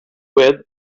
with